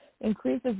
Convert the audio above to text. increases